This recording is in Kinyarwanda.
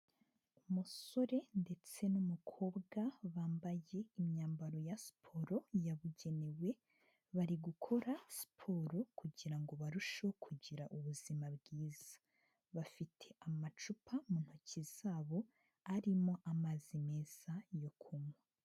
Umusore ndetse n'umukobwa bambaye imyambaro ya siporo yabugenewe, bari gukora siporo kugira ngo barusheho kugira ubuzima bwiza, bafite amacupa mu ntoki zabo arimo amazi meza yo kuma.